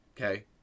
Okay